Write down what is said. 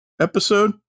episode